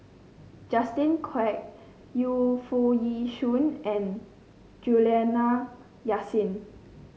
Justin Quek Yu Foo Yee Shoon and Juliana Yasin